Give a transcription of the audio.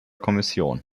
kommission